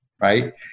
right